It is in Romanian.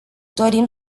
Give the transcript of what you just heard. dorim